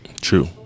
True